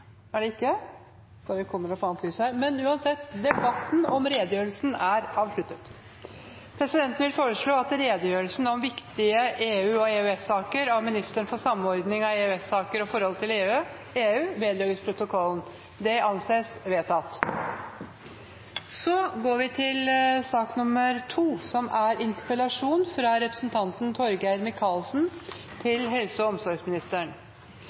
Debatten om redegjørelsen er avsluttet. Presidenten vil foreslå at redegjørelsen om viktige EU- og EØS-saker av ministeren for samordning av EØS-saker og forholdet til EU vedlegges protokollen. – Det anses vedtatt. På slutten av 1990-tallet og starten av 2000-tallet snakket vi ofte om hvordan globaliseringen og teknologiutviklingen kom til